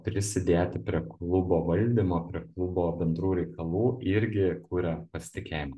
prisidėti prie klubo valdymo prie klubo bendrų reikalų irgi kuria pasitikėjimą